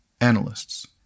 analysts